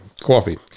coffee